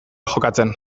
jokatzen